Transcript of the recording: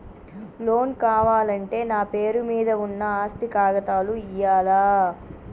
Loan కావాలంటే నా పేరు మీద ఉన్న ఆస్తి కాగితాలు ఇయ్యాలా?